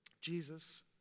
Jesus